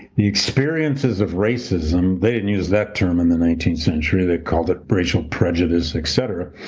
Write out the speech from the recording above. the experiences of racism, they didn't use that term in the nineteenth century. they called it racial prejudice, et cetera.